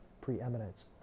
preeminence